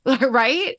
Right